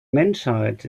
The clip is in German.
menschheit